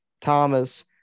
Thomas